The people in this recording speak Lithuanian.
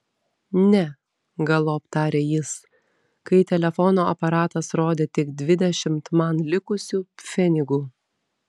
ne galop tarė jis kai telefono aparatas rodė tik dvidešimt man likusių pfenigų